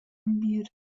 биир